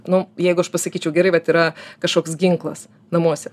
nu jeigu aš pasakyčiau gerai vat yra kažkoks ginklas namuose